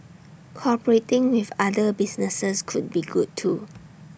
cooperating with other businesses could be good too